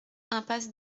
impasse